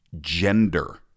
gender